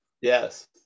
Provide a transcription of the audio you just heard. Yes